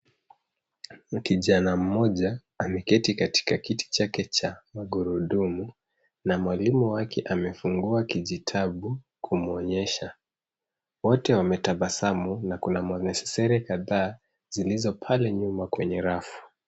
Kijana mmoja ameketi kwenye kiti chake cha magurudumu na mwalimu wake amefungua kijitabu kumwonyesha. Wote wametabasamu na kuna mwanasesere kadhaa zilizo pale nyuma kwenye rafu.